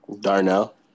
Darnell